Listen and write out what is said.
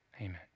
amen